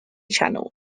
channel